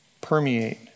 permeate